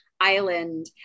island